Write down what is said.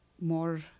more